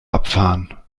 abfahren